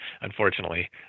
unfortunately